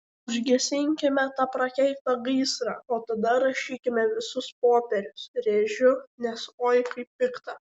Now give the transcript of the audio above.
užgesinkime tą prakeiktą gaisrą o tada rašykime visus popierius rėžiu nes oi kaip pikta